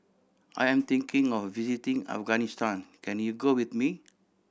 I am thinking of visiting Afghanistan can you go with me